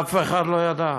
אף אחד לא ידע.